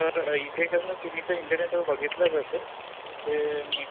तर इथे कसं तुम्ही तर इंटरनेटवर बघितलंच असेल की ते